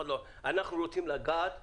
אנחנו רוצים לגעת במורסות.